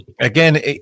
again